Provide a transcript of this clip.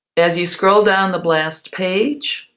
as you scroll down the blast page,